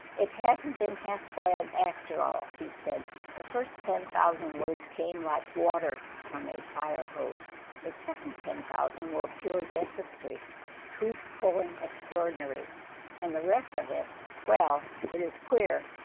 it hasn't been half-bad after all. he said the first ten thousand words came like water from a firehose the second ten thousand were pure dentistry tooth pulling extraordinary and the rest of it well it is queer.